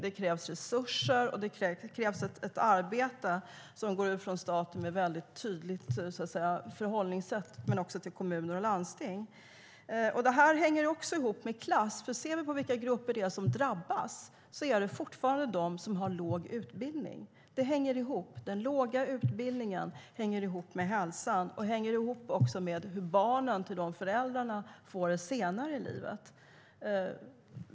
Det krävs resurser och ett arbete från staten och från kommuner och landsting med ett tydligt förhållningssätt. Detta hänger också ihop med klass. Om vi tittar på vilka grupper som drabbas kan vi se att det fortfarande är de som har låg utbildning. Den låga utbildningen hänger ihop med hälsan och också med hur barnen till dessa föräldrar får det senare i livet.